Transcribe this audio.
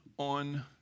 on